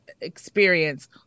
experience